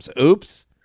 Oops